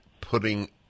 putting